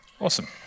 Awesome